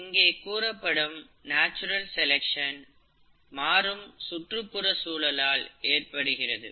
இங்கே கூறப்படும் natural selection மாறும் சுற்றுப்புற சூழலால் ஏற்படுகிறது